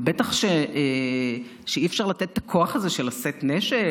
ובטח שאי-אפשר לתת את הכוח הזה של לשאת נשק,